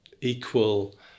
equal